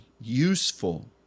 useful